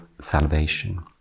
salvation